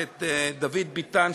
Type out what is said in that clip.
את דוד ביטן,